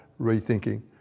rethinking